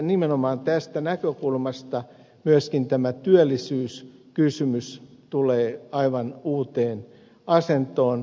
nimenomaan tästä näkökulmasta myöskin tämä työllisyyskysymys tulee aivan uuteen asentoon